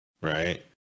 right